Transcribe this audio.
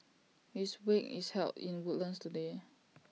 his wake is held in Woodlands today